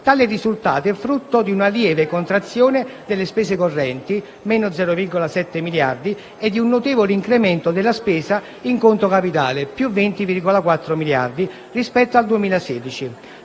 tale risultato è frutto di una lieve contrazione delle spese correnti (-0,7 miliardi) e di un notevole incremento della spesa in conto capitale (+20,4 miliardi) rispetto al 2016,